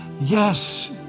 yes